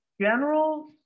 General